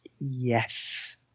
Yes